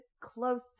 close